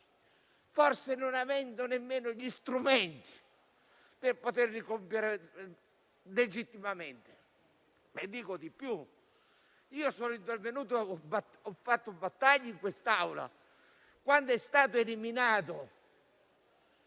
forse non avendo nemmeno gli strumenti per poterli compiere legittimamente.